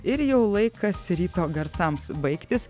ir jau laikas ryto garsams baigtis